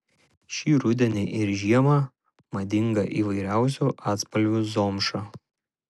šį rudenį ir žiemą madinga įvairiausių atspalvių zomša